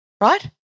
right